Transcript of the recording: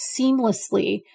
seamlessly